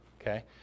Okay